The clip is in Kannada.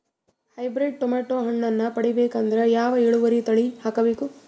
ಹೈಬ್ರಿಡ್ ಟೊಮೇಟೊ ಹಣ್ಣನ್ನ ಪಡಿಬೇಕಂದರ ಯಾವ ಇಳುವರಿ ತಳಿ ಹಾಕಬೇಕು?